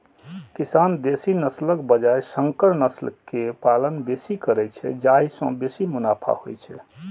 किसान देसी नस्लक बजाय संकर नस्ल के पालन बेसी करै छै, जाहि सं बेसी मुनाफा होइ छै